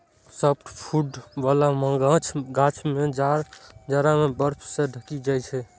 softwood बला गाछ जाड़ा मे बर्फ सं ढकि जाइ छै